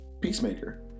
Peacemaker